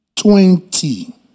twenty